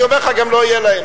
אני אומר לך, גם לא יהיה להם.